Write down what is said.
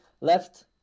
left